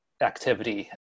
activity